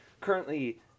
currently